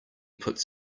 puts